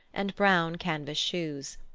and brown canvas shoes.